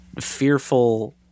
fearful